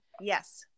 yes